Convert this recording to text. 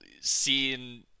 seeing